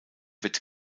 wird